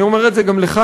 אני אומר את זה גם לך,